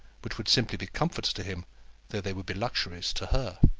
which would simply be comforts to him though they would be luxuries to her.